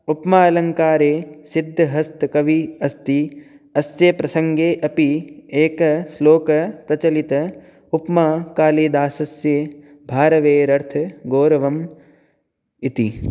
उपमा अलङ्कारे सिद्धहस्तकविः अस्ति अस्य प्रसङ्गे अपि एक श्लोकः प्रचलितः उपमा कालिदासस्य भारवेरर्थगौरवम् इति